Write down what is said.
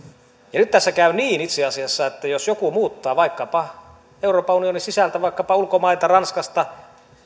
ja nyt tässä käy itse asiassa niin että jos joku muuttaa vaikkapa euroopan unionin sisältä ulkomailta ranskasta